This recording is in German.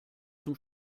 zum